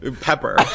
Pepper